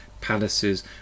Palaces